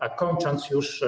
A kończąc już.